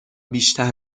بیشتر